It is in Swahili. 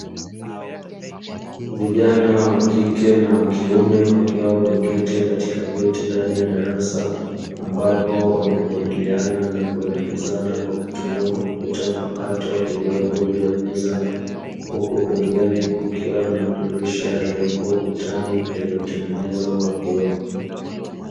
Vijana wakike na wakiume wakiwa wameketi katika viti ndani ya darasa, ambapo wanajadiliana na kuelekezana kwa kutumia kompyuta mpakato, iliyopo juu ya meza, huku pembeni kukiwa na madirisha yaliyopo ukutani yaliyotengenezwa kwa vioo.